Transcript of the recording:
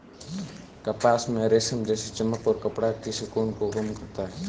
कपास में रेशम जैसी चमक और कपड़ा की सिकुड़न को कम करता है